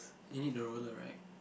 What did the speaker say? you need the roller right